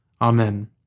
Amen